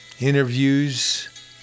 interviews